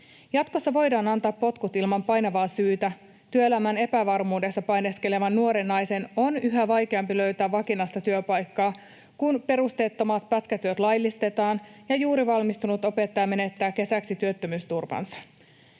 Jatkossa voidaan antaa potkut ilman painavaa syytä. Työelämän epävarmuudessa painiskelevan nuoren naisen on yhä vaikeampi löytää vakinaista työpaikkaa, kun perusteettomat pätkätyöt laillistetaan ja juuri valmistunut opettaja menettää kesäksi työttömyysturvansa.